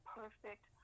perfect